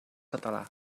català